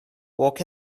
walk